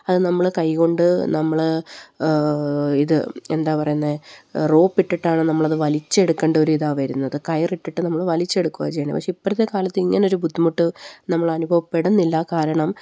അത് നമ്മള് കൈകൊണ്ട് നമ്മള് ഇത് എന്താണ് പറയുന്നത് റോപ്പിട്ടിട്ടാണ് നമ്മളത് വലിച്ചെടുക്കേണ്ട ഒരിതാണ് വരുന്നത് കയറിട്ടിട്ട് നമ്മള് വലിച്ചെടുക്കുകയാണ് ചെയ്യുന്നത് പക്ഷേ ഇപ്പോഴത്തെക്കാലത്ത് ഇങ്ങനെയൊരു ബുദ്ധിമുട്ട് നമുക്ക് അനുഭവപ്പെടുന്നില്ല കാരണം